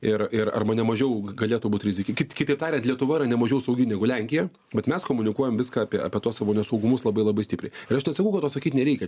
ir ir arba nemažiau galėtų būt rizikin ki kitaip tariant lietuva yra ne mažiau saugi negu lenkija bet mes komunikuojam viską apie apie tuos savo nesaugumus labai labai stipriai ir aš nesakau kad to sakyt nereikia